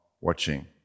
watching